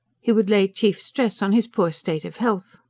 he would lay chief stress on his poor state of health.